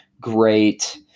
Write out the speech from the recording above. great